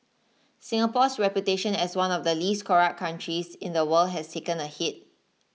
Singapore's reputation as one of the least corrupt countries in the world has taken a hit